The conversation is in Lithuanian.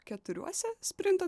keturiuose sprinto